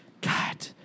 God